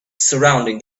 surrounding